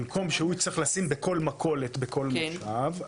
במקום שהוא יצטרך לשים בכל מכולת בכל מושב,